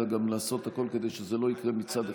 אלא גם לעשות הכול כדי שזה לא יקרה מצד אחד,